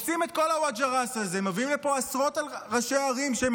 אני יכול להמשיך: בן גביר 1.2 מיליארד שקלים